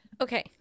Okay